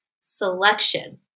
selection